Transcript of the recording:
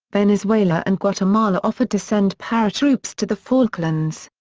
venezuela and guatemala offered to send paratroops to the falklands.